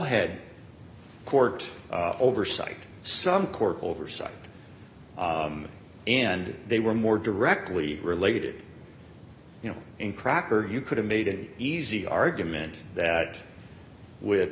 head court oversight some court oversight and they were more directly related you know in cracker you could have made it easy argument that